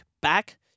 back